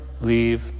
leave